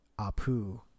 Apu